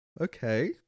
Okay